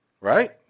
right